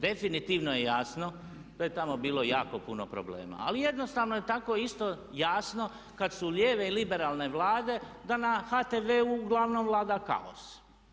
Definitivno je jasno to je tamo bilo jako puno problema, ali jednostavno je tako isto jasno kad su lijeve liberalne vlade da na HTV-u uglavnom vlada kaos.